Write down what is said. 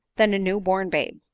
than a new born babe.